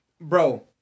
bro